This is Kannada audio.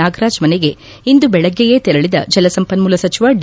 ನಾಗರಾಜ್ ಮನೆಗೆ ಇಂದು ಬೆಳಗ್ಗೆಯೇ ತೆರಳಿದ ಜಲಸಂಪನ್ನೂಲ ಸಚಿವ ಡಿ